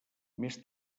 més